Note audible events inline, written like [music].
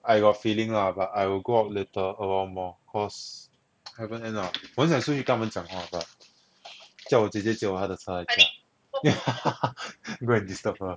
I got feeling lah but I will go out later awhile more cause haven't end ah 我很想出去跟他们讲话 but 叫我姐姐借我她的车来驾 [laughs] go and disturb her